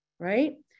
Right